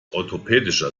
orthopädischer